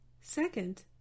Second